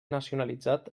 nacionalitzat